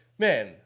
man